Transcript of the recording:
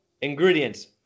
Ingredients